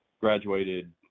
graduated